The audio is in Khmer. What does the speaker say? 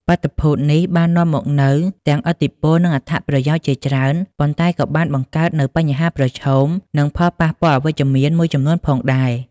បាតុភូតនេះបាននាំមកនូវទាំងឥទ្ធិពល និងអត្ថប្រយោជន៍ជាច្រើន ប៉ុន្តែក៏បានបង្កើតនូវបញ្ហាប្រឈម និងផលប៉ះពាល់អវិជ្ជមានមួយចំនួនផងដែរ។